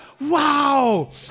wow